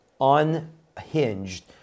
unhinged